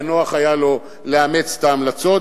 ונוח היה לו לאמץ את ההמלצות,